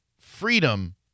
freedom